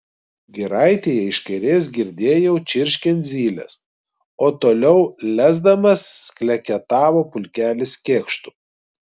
giraitėje iš kairės girdėjau čirškiant zyles o toliau lesdamas kleketavo pulkelis kėkštų